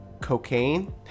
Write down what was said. cocaine